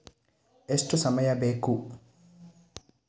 ಎಷ್ಟು ಸಮಯ ಬೇಕು?